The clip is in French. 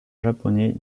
japonais